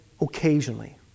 occasionally